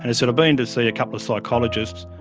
and sort of been to see a couple of psychologists.